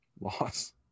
loss